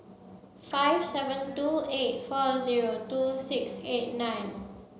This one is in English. five seven two eight four zero two six eight nine